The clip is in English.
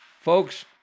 folks